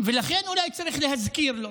ולכן אולי צריך להזכיר לו